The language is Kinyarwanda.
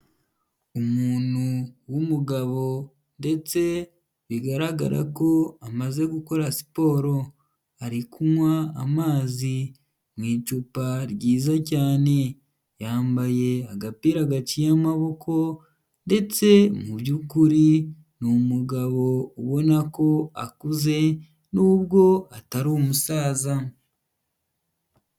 Umuntu w'umugabo ndetse bigaragara ko amaze gukora siporo, ari kunywa amazi mu icupa ryiza cyane, yambaye agapira gaciye amaboko, ndetse mu by'ukuri ni umugabo ubona ko akuze, nubwo atari umusaza.